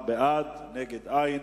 בעד, 7, ונגד, אין.